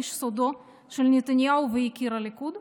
איש סודו של נתניהו ויקיר הליכוד?